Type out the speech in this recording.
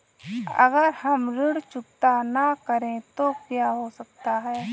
अगर हम ऋण चुकता न करें तो क्या हो सकता है?